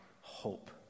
hope